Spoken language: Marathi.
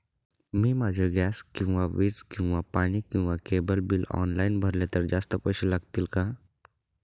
मी माझे गॅस किंवा वीज किंवा पाणी किंवा केबल बिल ऑनलाईन भरले तर जास्त पैसे लागतील का?